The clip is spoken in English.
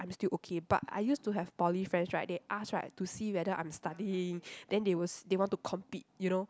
I'm still okay but I used to have poly friends right they asked right to see whether I'm studying then they will s~ they want to compete you know